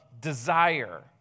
desire